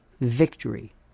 victory